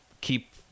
keep